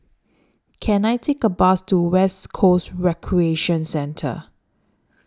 Can I Take A Bus to West Coast Recreation Centre